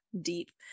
deep